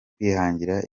kwihangira